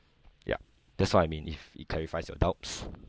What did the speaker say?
yup that's what I mean if it clarifies your doubts